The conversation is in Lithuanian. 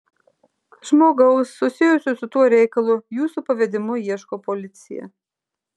žmogaus susijusio su tuo reikalu jūsų pavedimu ieško policija